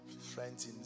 friends